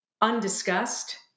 undiscussed